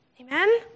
Amen